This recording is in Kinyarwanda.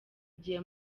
igihe